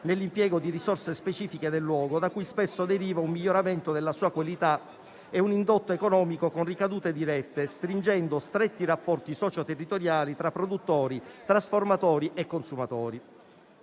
nell'impiego di risorse specifiche del luogo, da cui spesso deriva un miglioramento della sua qualità e un indotto economico con ricadute dirette, stringendo stretti rapporti socio-territoriali tra produttori, trasformatori e consumatori.